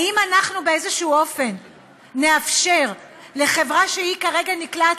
האם אנחנו באיזה אופן נאפשר לחברה שכרגע נקלעת